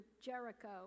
Jericho